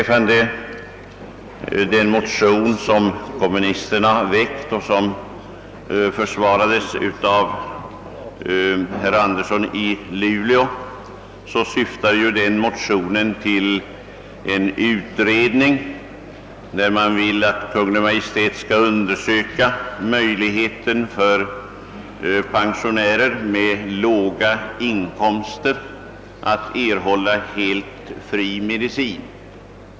Den motion som kommunisterna har väckt och som här försvarades av herr Andersson i Luleå syftar till att Kungl. Maj:t genom en utredning skall undersöka möjligheten för pensionärer med låga inkomster att erhålla helt fri medicin.